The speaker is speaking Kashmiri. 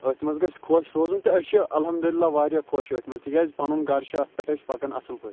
أتھ مَنٛز گَژھِ خۄش روزُن تہٕ أسۍ چھِ اَلحَمدُ لِلہ واریاہ خۄش أتھ مَنٛز تکیاز پَنُن گَرٕ چھُ اتھ پٮ۪ٹھ اَسہِ پَکان اصل پٲٹھۍ